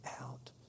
out